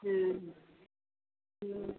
हुँ